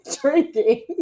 drinking